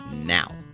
now